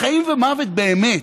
בחיים ומוות באמת.